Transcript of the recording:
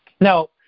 Now